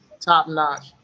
top-notch